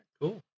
cool